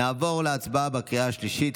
נעבור להצבעה בקריאה השלישית.